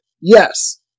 Yes